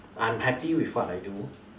I'm happy with what I do